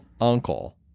uncle